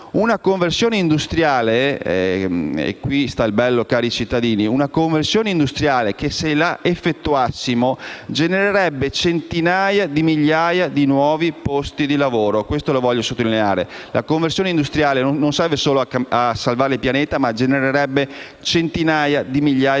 cari cittadini - che se la effettuassimo genererebbe centinaia di migliaia di nuovi posti di lavoro. Lo voglio sottolineare: la conversione industriale non serve solo a salvare il pianeta, ma genererebbe anche centinaia di migliaia di nuovi posti di lavoro,